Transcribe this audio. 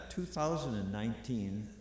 2019